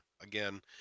again